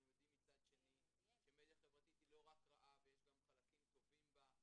יודעים מצד שני שמדיה חברתית היא לא רק רעה ויש גם חלקים טובים בה.